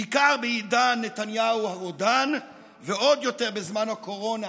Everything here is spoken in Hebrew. בעיקר בעידן נתניהו הרודן ועוד יותר בזמן הקורונה,